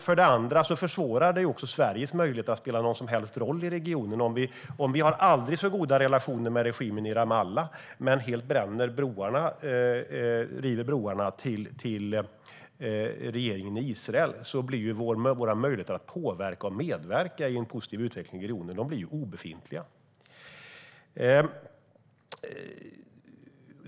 För det andra försvårar det också Sveriges möjlighet att spela någon som helst roll i regionen om vi har aldrig så goda relationer med regimen i Ramallah men helt river broarna till regeringen i Israel. Då blir våra möjligheter att påverka och medverka i en positiv utveckling i regionen obefintliga.